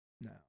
No